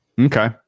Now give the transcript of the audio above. Okay